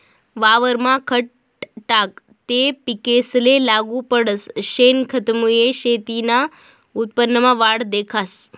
वावरमा खत टाकं ते पिकेसले लागू पडस, शेनखतमुये शेतीना उत्पन्नमा वाढ दखास